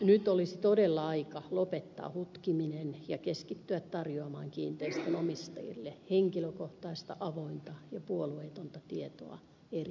nyt olisi todella aika lopettaa hutkiminen ja keskittyä tarjoamaan kiinteistönomistajille henkilökohtaista avointa ja puolueetonta tietoa eri vaihtoehdoista